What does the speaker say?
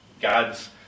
God's